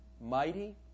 mighty